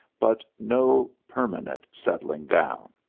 but no permanent settling down.